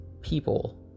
people